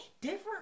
different